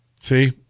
See